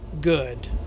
good